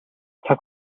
цаг